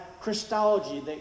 Christology